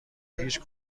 هیچ